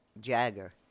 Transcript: Jagger